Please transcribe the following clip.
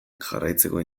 jarraitzeko